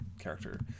character